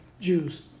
Jews